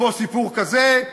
פה סיפור כזה,